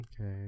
okay